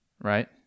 right